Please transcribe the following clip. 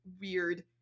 weird